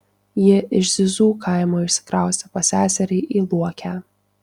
ji iš zizų kaimo išsikraustė pas seserį į luokę